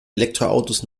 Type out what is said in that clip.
elektroautos